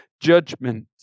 judgment